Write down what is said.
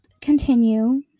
continue